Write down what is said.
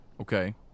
Okay